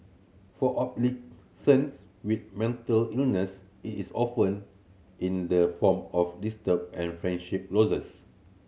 for adolescent with mental illness it is often in the form of distrust and friendship losses